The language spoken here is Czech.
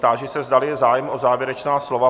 Táži se, zdali je zájem o závěrečná slova.